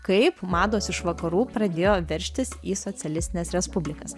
kaip mados iš vakarų pradėjo veržtis į socialistines respublikas